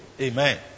Amen